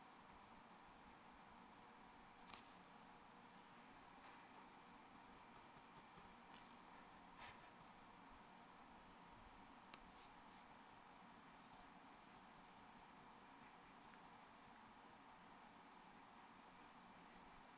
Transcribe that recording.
uh